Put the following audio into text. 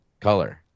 color